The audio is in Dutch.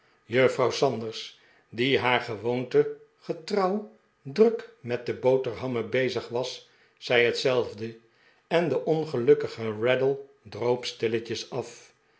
juffrouw sanders die haar gewoonte getrouw druk met de boterhammen bezig was zei hetzelfde en de ongelukkige raddle droop stilletjes af